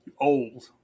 Old